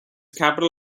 capital